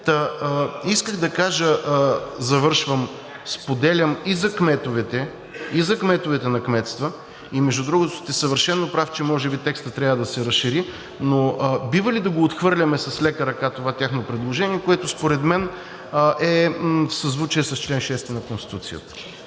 исках да кажа, споделям и за кметовете, и за кметовете на кметства, и, между другото, сте съвършено прав, че може би текстът трябва да се разшири, но бива ли да го отхвърляме с лека ръка това тяхно предложение, което според мен е в съзвучие с чл. 6 на Конституцията?